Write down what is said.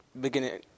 beginning